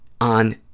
on